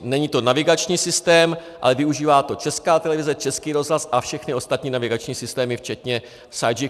Není to navigační systém, ale využívá to Česká televize, Český rozhlas a všechny ostatní navigační systémy včetně Sygic.